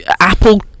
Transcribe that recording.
apple